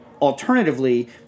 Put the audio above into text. Alternatively